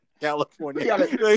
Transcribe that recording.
California